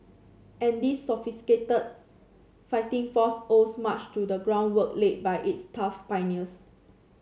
and this sophisticated fighting force owes much to the groundwork laid by its tough pioneers